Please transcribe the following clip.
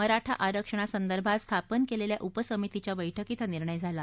मराठा आरक्षणासंदर्भात स्थापन केलेल्या उपसभितीच्या बैठकीत हा निर्णय झाला